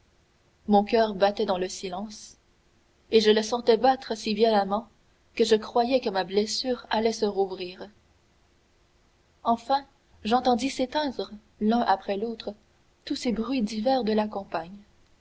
mon coeur battait dans le silence et je le sentais battre si violemment que je croyais que ma blessure allait se rouvrir enfin j'entendis s'éteindre l'un après l'autre tous ces bruits divers de la